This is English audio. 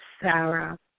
Sarah